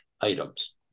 items